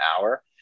hour